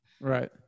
Right